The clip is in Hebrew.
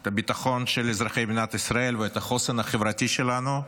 את הביטחון של אזרחי מדינת ישראל ואת החוסן החברתי שלנו,